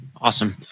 Awesome